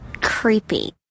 Creepy